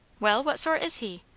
well, what sort is he?